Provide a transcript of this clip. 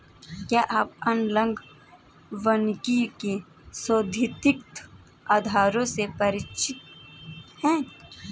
क्या आप एनालॉग वानिकी के सैद्धांतिक आधारों से परिचित हैं?